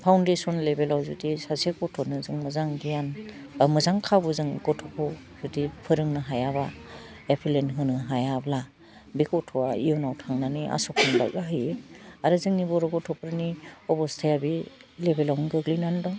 foundation लेबेलाव जुदि सासे गथ'नो जों मोजां गियान बा मोजां खाबु जों गथ'खौ जुदि फोरोंनो हायाबा एपिलेन होनो हायाब्ला बे गथ'वा इउनाव थांनानै आस'खान्दा जाहैयो आरो जोंनि बर' गथ'फोरनि अबस्टाया बे लेबेलावनो गोग्लैनानै दं